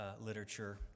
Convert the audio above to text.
literature